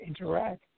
interact